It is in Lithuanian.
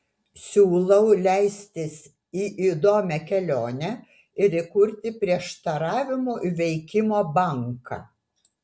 siūlau leistis į įdomią kelionę ir įkurti prieštaravimų įveikimo banką